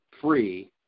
free